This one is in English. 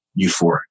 euphoric